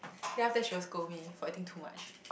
yea after that she will scold me for eating too much